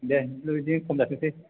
दे औ बिदिनो खम जाथोंसै